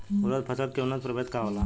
उरद फसल के उन्नत प्रभेद का होला?